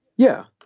yeah,